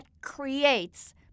creates